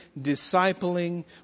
discipling